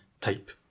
type